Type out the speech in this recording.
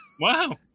Wow